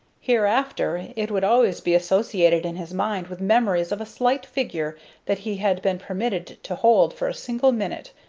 hereafter it would always be associated in his mind with memories of a slight figure that he had been permitted to hold for a single minute,